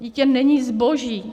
Dítě není zboží.